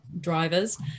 drivers